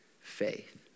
faith